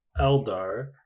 Eldar